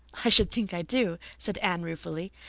i should think i do, said anne ruefully.